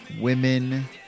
women